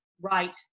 right